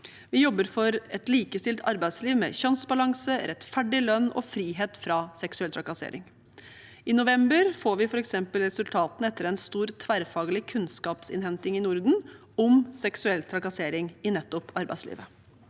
Vi jobber for et likestilt arbeidsliv, med kjønnsbalanse, rettferdig lønn og frihet fra seksuell trakassering. I november får vi f.eks. resultatene etter en stor tverrfaglig kunnskapsinnhenting i Norden om seksuell trakassering i arbeidslivet.